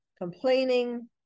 complaining